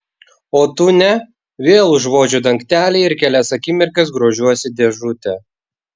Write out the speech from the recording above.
o tu ne vėl užvožiu dangtelį ir kelias akimirkas grožiuosi dėžute